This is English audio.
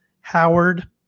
Howard